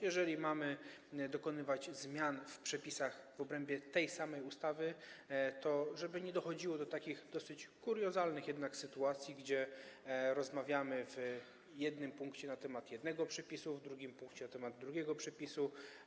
Jeżeli mamy dokonywać zmian w przepisach w obrębie tej samej ustawy, to chodzi o to, żeby nie dochodziło do takich dosyć kuriozalnych jednak sytuacji, gdzie rozmawiamy w jednym punkcie porządku na temat jednego przepisu, a w drugim punkcie na temat drugiego przepisu.